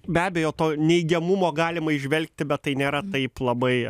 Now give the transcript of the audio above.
be abejo to neigiamumo galima įžvelgti bet tai nėra taip labai